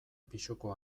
pisuko